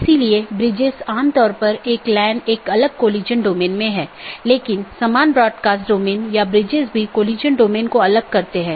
इसलिए अगर हम फिर से इस आंकड़े पर वापस आते हैं तो यह दो BGP स्पीकर या दो राउटर हैं जो इस विशेष ऑटॉनमस सिस्टमों के भीतर राउटरों की संख्या हो सकती है